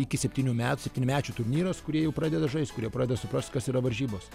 iki septynių metų septynmečių turnyras kurie jau pradeda žaist kurie pradeda suprast kas yra varžybos